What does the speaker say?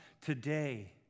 Today